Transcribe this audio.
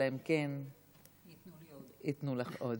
אלא אם כן ייתנו לך עוד,